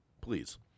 please